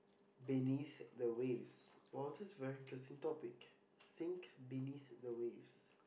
beneath the waist oh that's a very interesting topic think beneath the waist